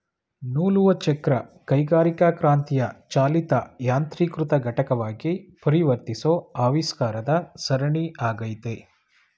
ನೂಲುವಚಕ್ರ ಕೈಗಾರಿಕಾಕ್ರಾಂತಿಯ ಚಾಲಿತ ಯಾಂತ್ರೀಕೃತ ಘಟಕವಾಗಿ ಪರಿವರ್ತಿಸೋ ಆವಿಷ್ಕಾರದ ಸರಣಿ ಆಗೈತೆ